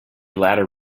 ladder